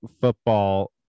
football